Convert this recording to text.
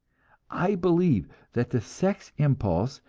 i believe that the sex impulse,